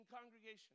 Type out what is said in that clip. congregation